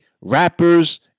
rappers